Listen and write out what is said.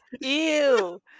Ew